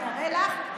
אני אראה לך,